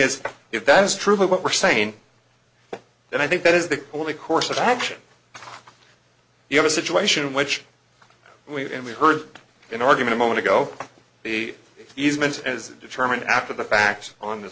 is if that is true what we're saying and i think that is the only course of action you have a situation which we've only heard an argument moment ago the easement as determined after the fact on the